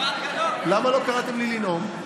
למה לא קראתם לי לנאום?